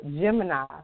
Gemini